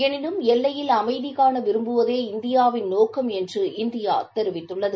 எனினும் எல்லையில் அமைதி காண விரும்புவதே இந்தியாவின் நோக்கமாகும் என்று இந்தியா தெரிவித்துள்ளது